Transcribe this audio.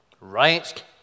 Right